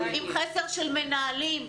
עם חסר של מנהלים.